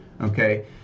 okay